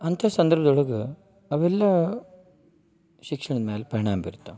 ಅಂತ ಸಂದರ್ಭದೊಳಗ ಅವೆಲ್ಲ ಶಿಕ್ಷಣದ ಮ್ಯಾಲೆ ಪರಿಣಾಮ ಬೀರುತ್ತವೆ